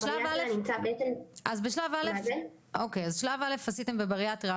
אז בשלב א' עשיתם בבריאטריה,